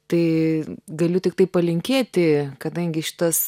tai galiu tiktai palinkėti kadangi šitas